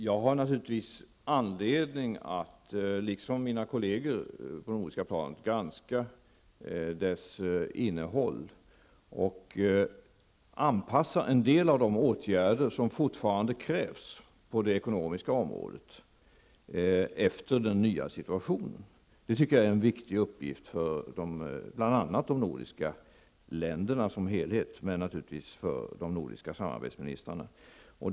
Jag har naturligtvis anledning att, liksom mina kolleger på det nordiska planet, granska dess innehåll och anpassa en del av de åtgärder som fortfarande krävs på det ekonomiska området efter den nya situationen. Jag tycker att det är en viktig uppgift bl.a. för de nordiska länderna som helhet, men naturligtvis även för de nordiska samarbetsministrarna.